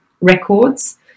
records